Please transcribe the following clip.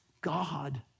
God